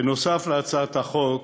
נוסף על כך, הצעת החוק